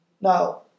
Now